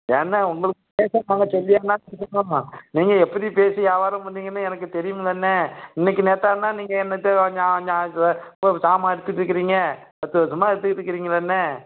ஏண்ணே உங்களுக்கு பேச்சுதான் சாமர்த்தியம் இல்லைன்னா நீங்கள் எப்படி பேசி வியாவாரம் பண்ணுவீங்கன்னு எனக்குத் தெரியும்லேண்ணே இன்றைக்கி நேற்றாண்ணா நீங்கள் என்கிட்ட ஒரு சாமான் எடுத்துகிட்ருக்கிறீங்க பத்து வருஷமாக எடுத்துக்கிட்ருக்கிறீங்கல்லண்ணே